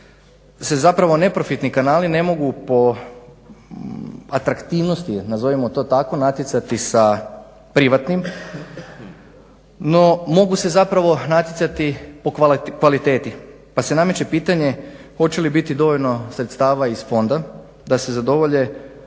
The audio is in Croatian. se zapravo ne profitni kanali ne mogu po atraktivnosti nazovimo to tako natjecati sa privatnim. No, mogu se zapravo natjecati po kvaliteti, pa se nameće pitanje hoće li biti dovoljno sredstava iz fonda da se zadovolje